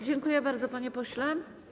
Dziękuję bardzo, panie pośle.